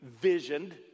visioned